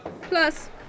Plus